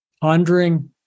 pondering